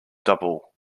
double